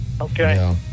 okay